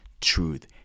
truth